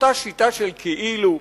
אותה שיטה של "כאילו",